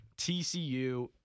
TCU